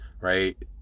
right